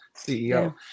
CEO